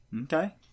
Okay